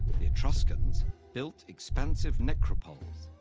the etruscans built expansive necropoles,